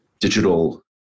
digital